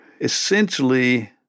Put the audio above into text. essentially